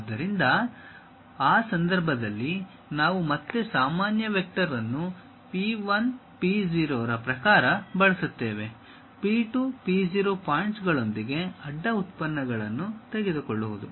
ಆದ್ದರಿಂದ ಆ ಸಂದರ್ಭದಲ್ಲಿ ನಾವು ಮತ್ತೆ ಸಾಮಾನ್ಯ ವೆಕ್ಟರ್ ಅನ್ನು P1 P0 ರ ಪ್ರಕಾರ ಬಳಸುತ್ತೇವೆ P2 P0 ಪಾಯಿಂಟ್ಸಗಳೊಂದಿಗೆ ಅಡ್ಡ ಉತ್ಪನ್ನವನ್ನು ತೆಗೆದುಕೊಳ್ಳುವುದು